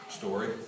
story